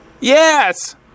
Yes